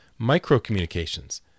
Microcommunications